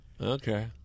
Okay